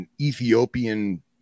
Ethiopian